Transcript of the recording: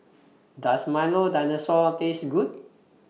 Does Milo Dinosaur Taste Good